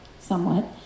somewhat